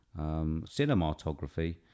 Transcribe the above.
Cinematography